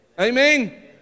Amen